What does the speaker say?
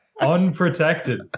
unprotected